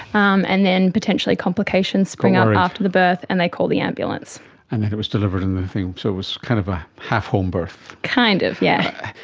um and then potentially complications spring up after the birth and they call the ambulance. and then it was delivered in the thing, so it was kind of a half home birth. kind of, yeah.